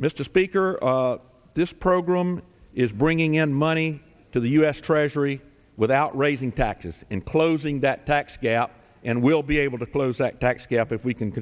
mr speaker this program is bringing in money to the u s treasury without raising taxes in closing that tax gap and will be able to close that tax gap if we can